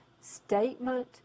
statement